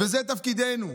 וזה תפקידנו: